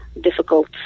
difficult